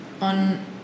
on